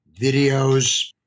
videos